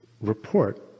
report